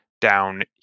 down